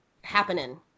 happening